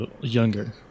younger